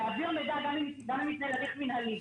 להעביר מידע גם אם מתנהל הליך מינהלי.